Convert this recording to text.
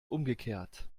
umgekehrt